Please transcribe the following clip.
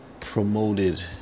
promoted